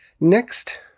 Next